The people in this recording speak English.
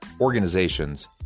organizations